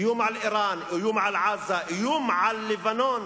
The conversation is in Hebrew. איום על אירן, איום על עזה, איום על לבנון.